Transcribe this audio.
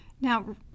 Now